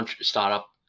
startup